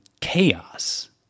chaos